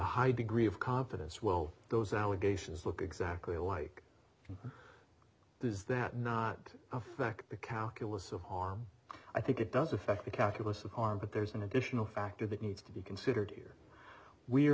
high degree of confidence well those allegations look exactly alike does that not affect the calculus of harm i think it does affect the calculus of harm but there's an additional factor that needs to be considered here we